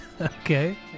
Okay